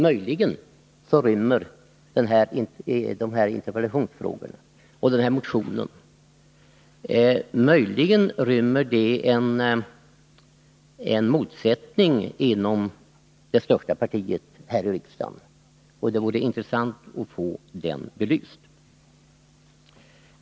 Möjligen rymmer interpellationsfrågorna och motionen en motsättning inom det största partiet i riksdagen. Det skulle vara intressant att få den saken belyst.